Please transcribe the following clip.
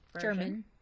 German